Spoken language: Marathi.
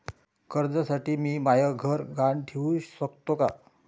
कर्जसाठी मी म्हाय घर गहान ठेवू सकतो का